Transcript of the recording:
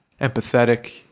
empathetic